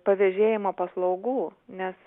pavėžėjimo paslaugų nes